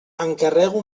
encarrego